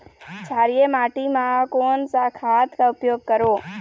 क्षारीय माटी मा कोन सा खाद का उपयोग करों?